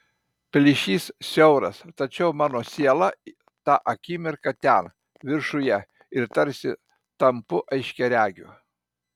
plyšys siauras tačiau mano siela tą akimirką ten viršuje ir tarsi tampu aiškiaregiu